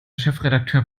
chefredakteur